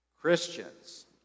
Christians